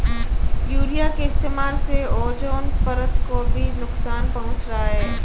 urea के इस्तेमाल से ओजोन परत को भी नुकसान पहुंच रहा है